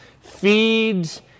feeds